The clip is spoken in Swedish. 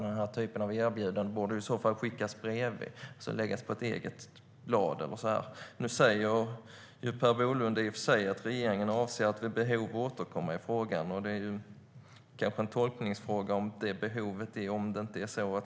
Den typen av erbjudanden borde i så fall finnas på ett eget blad. Nu säger Per Bolund i och för sig att regeringen avser att vid behov återkomma i frågan. Det behovet är kanske en tolkningsfråga.